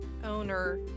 owner